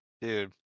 Dude